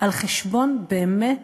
על חשבון, באמת,